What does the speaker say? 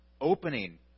opening